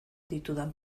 ditudan